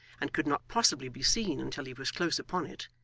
and could not possibly be seen until he was close upon it,